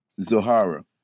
Zohara